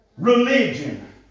Religion